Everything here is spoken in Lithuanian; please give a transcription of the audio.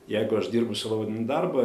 jeigu aš dirbu sielovadinį darbą